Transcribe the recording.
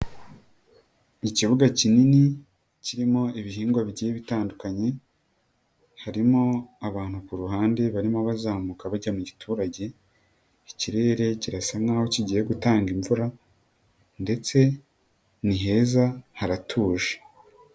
Ikibuga kinini kirimo ibihingwa bigiye bitandukanye harimo abantu ku ruhande barimo bazamuka bajya mu giturage, ikirere kirasa nkaho kigiye gutanga imvura ndetse ni heza haratuje.